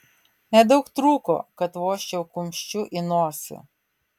nedaug trūko kad vožčiau kumščiu į nosį